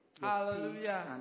Hallelujah